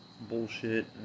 bullshit